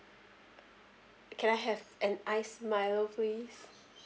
can I have an iced milo please